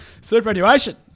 Superannuation